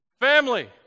Family